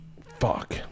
fuck